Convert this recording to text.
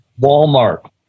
Walmart